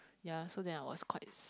ya so then I was quite